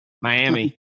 Miami